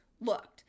looked